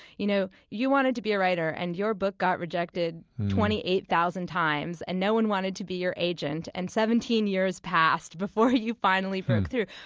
you know, you wanted to be a writer and your book got rejected twenty eight thousand times and no one wanted to be your agent, and seventeen years passed before you finally broke through.